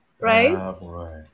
right